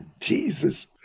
Jesus